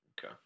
Okay